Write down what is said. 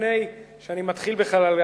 לפני שאני מתחיל בכלל,